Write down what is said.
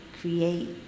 create